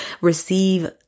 receive